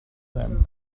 them